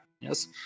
Yes